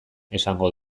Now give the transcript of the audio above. esango